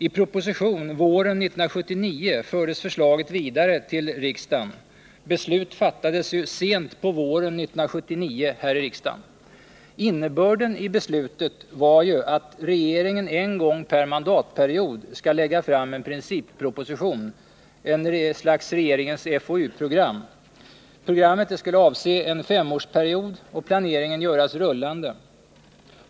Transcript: I proposition våren 1979 fördes förslaget vidare till riksdagen. Beslut fattades sent på våren 1979 här i riksdagen. Innebörden i beslutet var att regeringen en gång per mandatperiod skall lägga fram en principproposition — ett slags regeringens FoU-program. Programmet skall avse en femårsperiod och planeringen göras rullande.